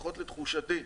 לפחות לתחושתי,